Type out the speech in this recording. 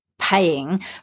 paying